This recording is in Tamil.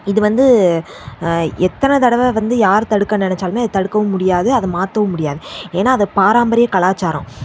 இது வந்து எத்தனை தடவை வந்து யார் தடுக்க நெனைச்சாலுமே அது தடுக்கவும் முடியாது அத மாற்றவும் முடியாது ஏன்னா அது பாரம்பரிய கலாச்சாரம்